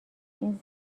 این